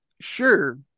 sure